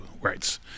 rights